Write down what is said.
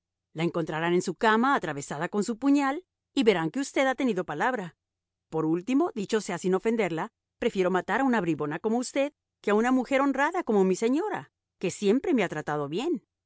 la encontrarán en su cama atravesada con su puñal y verán que usted ha tenido palabra y por último dicho sea sin ofenderla prefiero matar a una bribona como usted que a una mujer honrada como mi señora que siempre me ha tratado bien